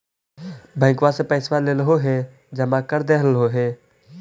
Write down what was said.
बैंकवा से पैसवा लेलहो है जमा कर देलहो हे?